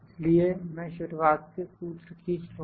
इसलिए मैं शुरुआत से सूत्र खींच लूँगा